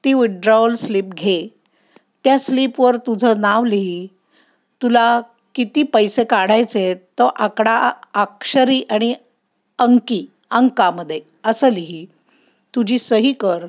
ती withdrawal slip घे त्या स्लीपवर तुझं नाव लिही तुला किती पैसे काढायचे तो आकडा अक्षरी आणि अंकी अंकामध्ये असं लिही तुझी सही कर